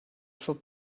for